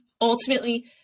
ultimately